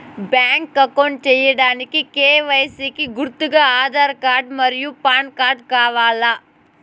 Bank account సేయడానికి KYC కి గుర్తుగా ఆధార్ కార్డ్ మరియు పాన్ కార్డ్ కావాలా?